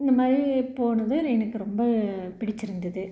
இந்தமாதிரி போனது எனக்கு ரொம்ப பிடிச்சுருந்தது